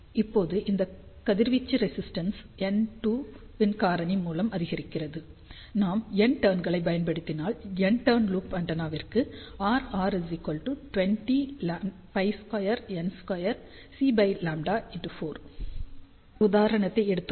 இப்போது இந்த கதிர்வீச்சு ரெசிஸ்டென்ஸ் N2 இன் காரணி மூலம் அதிகரிக்கிறது நாம் N டர்ங்களை ப் பயன்படுத்தினால் N டர்ன் லூப்பிற்கு ஆண்டெனாவிற்கு Rr20 π ² N ² C λ4 ஒரு உதாரணத்தை எடுத்துக் கொள்வோம்